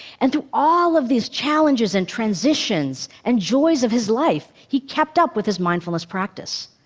and through all of these challenges and transitions and joys of his life, he kept up with his mindfulness practice.